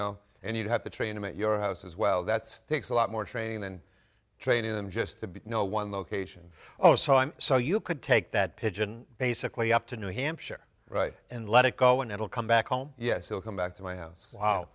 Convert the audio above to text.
know and you have to train your house as well that's takes a lot more training than training them just to be no one location oh so i'm so you could take that pigeon basically up to new hampshire right and let it go and it will come back home yes they'll come back to my house